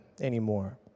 anymore